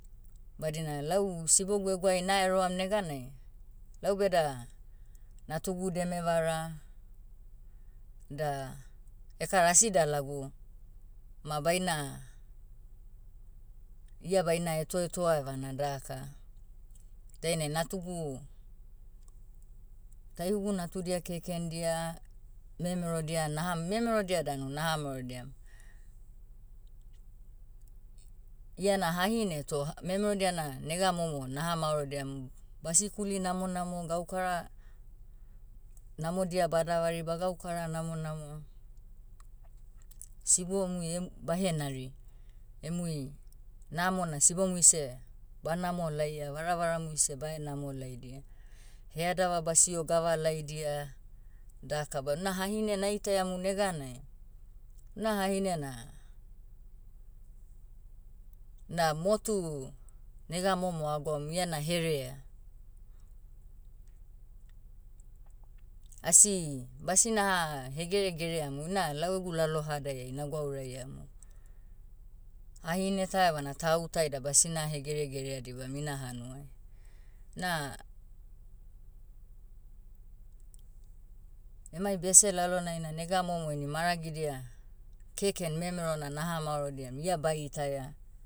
Badina lau sibogu eguai naeroam neganai, lau beda, natugu deme vara, da, ekara asi dalagu, ma baina, ia baina etoetoa evana daka. Dainai natugu, taihugu natudia kekendia, memerodia naha- memerodia danu naha maorodiam. Iana hahine toh h- memerodia na nega momo naha maorodiam, basikuli namonamo gaukara, namodia badavari bagaukara namonamo, sibomui em- bahenari. Emui, namo na sibomui seh, banamo laia varavaramui seh bae namo laidia. Headava basio gava laidia, daka ban una hahine naitaiamu neganai, na hahine na, na motu, nega momo agwaum iana herea. Asi, basinaha hegeregereamu ina lau egu lalohadaiai nagwauraiamu. Hahine ta evana tau ta ida basina hegeregerea dibam ina hanuai. Na, emai bese lalonai na nega momo ini maragidia, keken memero na naha maorodiam ia bai itaia,